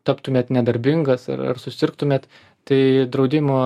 taptumėt nedarbingas ar ar susirgtumėt tai draudimo